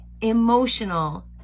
emotional